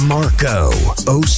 Marco